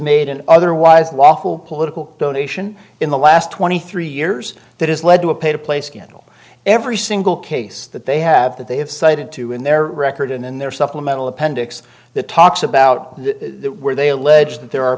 made an otherwise lawful political donation in the last twenty three years that has led to a pay to play scandal every single case that they have that they have cited to in their record and in their supplemental appendix that talks about where they allege that there are